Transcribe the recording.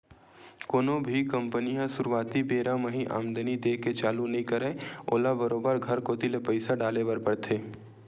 कोनो भी कंपनी ह सुरुवाती बेरा म ही आमदानी देय के चालू नइ करय ओला बरोबर घर कोती ले पइसा डाले बर परथे